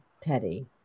Teddy